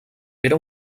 era